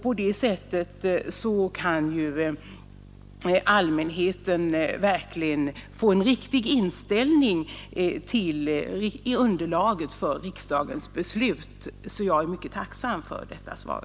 På det sättet kan ju allmänheten få en riktig inställning till underlaget för riksdagens beslut. Jag är därför mycket tacksam för detta svar.